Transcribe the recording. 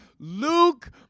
Luke